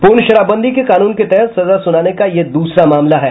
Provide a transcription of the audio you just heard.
पूर्ण शराबबंदी के कानून के तहत सजा सुनाने का यह दूसरा मामला है